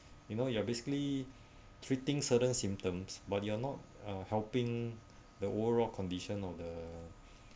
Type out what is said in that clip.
you know you are basically treating certain symptoms but you're not uh helping the overall condition of the